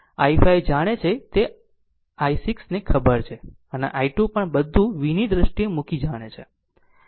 i5 જાણે છે i6 ને ખબર છે અને i 2 પણ બધું v ની દ્રષ્ટિએ મૂકી જાણે છે